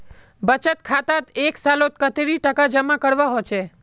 बचत खातात एक सालोत कतेरी टका जमा करवा होचए?